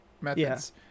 methods